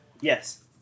Yes